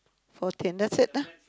fourteen that's it ah